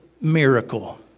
miracle